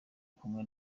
kumwe